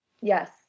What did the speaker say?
Yes